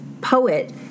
poet